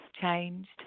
changed